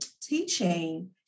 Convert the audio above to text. teaching